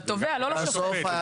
בסוף,